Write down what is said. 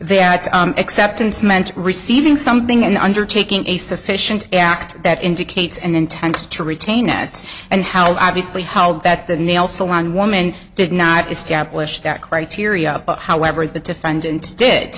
their acceptance meant receiving something and undertaking a sufficient act that indicates an intent to retain nets and how obviously how that the nail salon woman did not establish that criteria however the defendant did